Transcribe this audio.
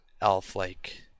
elf-like